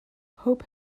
hope